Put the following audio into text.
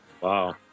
Wow